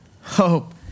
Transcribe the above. hope